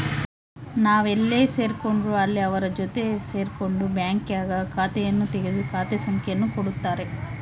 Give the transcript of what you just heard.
ನಾವೆಲ್ಲೇ ಸೇರ್ಕೊಂಡ್ರು ಅಲ್ಲಿ ಅವರ ಜೊತೆ ಸೇರ್ಕೊಂಡು ಬ್ಯಾಂಕ್ನಾಗ ಖಾತೆಯನ್ನು ತೆಗೆದು ಖಾತೆ ಸಂಖ್ಯೆಯನ್ನು ಕೊಡುತ್ತಾರೆ